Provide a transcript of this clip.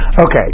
okay